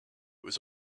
was